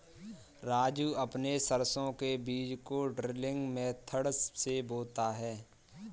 राजू अपने सरसों के बीज को ड्रिलिंग मेथड से बोता है